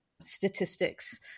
statistics